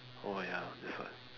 orh ya that's why